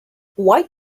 white